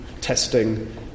testing